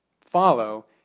follow